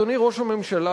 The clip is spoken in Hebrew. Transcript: אדוני ראש הממשלה,